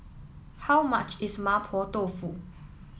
how much is Mapo Tofu